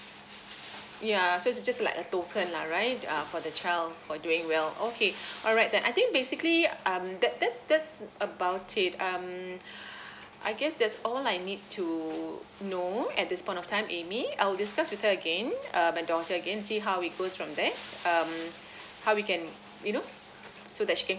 yeah so it's just like a token lah right uh for the child for doing well okay alright then I think basically um that that that's about it um I guess that's all I need to know at this point of time amy I will discuss with her again err my daughter again and see how it goes from there um how we can you know so that she can